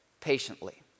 patiently